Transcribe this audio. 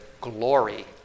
glory